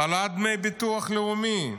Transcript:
העלאת דמי הביטוח הלאומי,